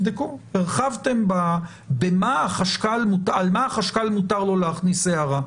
הרחבתם על מה החשב מותר לו להכניס הערה.